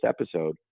episode